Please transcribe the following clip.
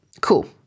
cool